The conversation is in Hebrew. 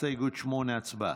הסתייגות 8, הצבעה.